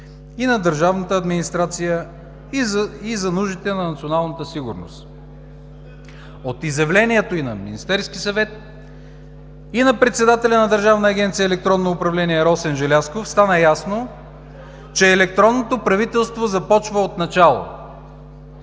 и на държавната администрация, и за нуждите на националната сигурност. От изявлението и на Министерския съвет, и на председателя на Държавна агенция „Електронно управление“ Росен Желязков стана ясно, че електронното правителство започва отначало.